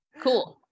Cool